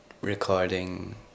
recording